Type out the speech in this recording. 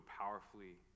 powerfully